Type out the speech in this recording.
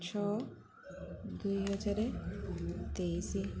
ଛଅ ଦୁଇହଜାର ତେଇଶି